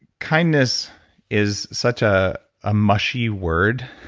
kindness is such a ah mushy word.